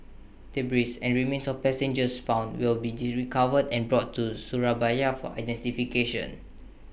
debris and remains of passengers found will be recovered and brought to Surabaya for identification